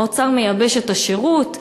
האוצר מייבש את השירות,